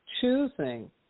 choosing